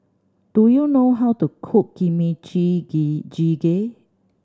do you know how to cook Kimchi Jjigae